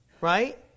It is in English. right